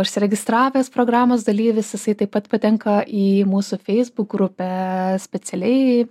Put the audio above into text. užsiregistravęs programos dalyvis jisai taip pat patenka į mūsų feisbuk grupę specialiai